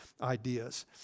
ideas